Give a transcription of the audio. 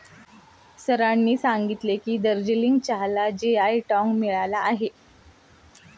सरांनी सांगितले की, दार्जिलिंग चहाला जी.आय टॅग मिळाला आहे